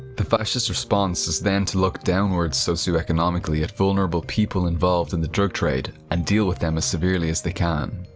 the fascist response is then to look downwards socioeconomically at vulnerable people involved in the drug trade and deal with them as severely as they can.